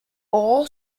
all